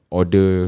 order